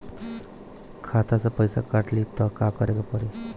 खाता से पैसा काट ली त का करे के पड़ी?